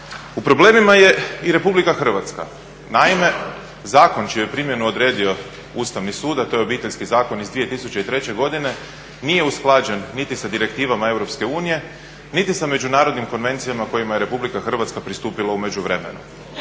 U problemima je i RH. Naime, zakon čiju primjenu odredio Ustavni sud, a to je Obiteljski zakon iz 2003.godine nije usklađen niti sa direktivama EU, niti sa međunarodnim konvencijama kojima je RH pristupila u međuvremenu.